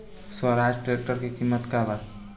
Swaraj tractor के किमत का बा?